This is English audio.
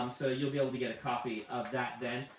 um so you'll be able to get a copy of that then.